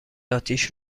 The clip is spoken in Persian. اتیش